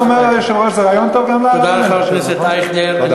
תודה, חבר הכנסת אייכלר.